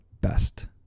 best